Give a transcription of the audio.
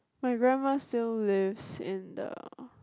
my grandma still lives in the